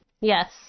Yes